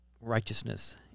righteousness